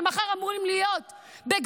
שמחר אמורים להיות בגולני,